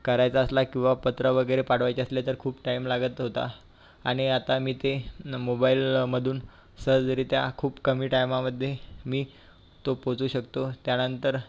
करायचा असला किंवा पत्र वगैरे पाठवायचे असले तर खूप टाइम लागत होता आणि आता मी ते मोबाईलमधून सहजरीत्या खूप कमी टाइमामध्ये मी तो पोचू शकतो त्यानंतर